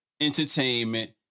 Entertainment